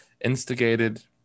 instigated